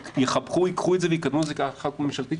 שייקחו את זה ויקדמו את זה כהצעת חוק ממשלתית,